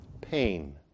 pain